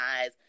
eyes